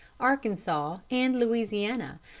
arkansas, and louisiana,